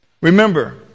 Remember